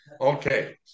Okay